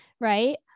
Right